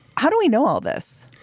how do we know all this.